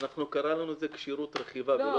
קראנו לזה כשירות רכיבה ולא